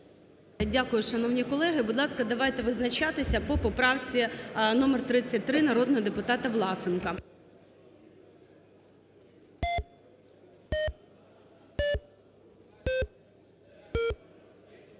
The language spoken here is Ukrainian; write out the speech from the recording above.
Дякую, шановні колеги. Будь ласка, давайте визначатися по поправці номер 33 народного депутата Власенка.